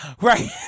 Right